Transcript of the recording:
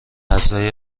غذای